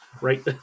right